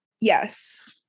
yes